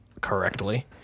correctly